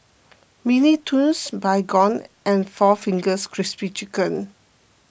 Mini Toons Baygon and four Fingers Crispy Chicken